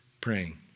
praying